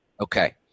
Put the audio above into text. Okay